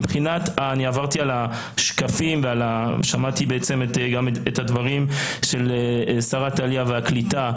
עברתי על השקפים ושמעתי את הדברים של שרת העלייה והקליטה.